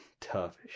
tough